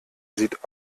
sieht